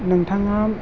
नोंथाङा